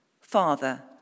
Father